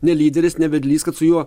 ne lyderis ne vedlys kad su juo